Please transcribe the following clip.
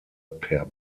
per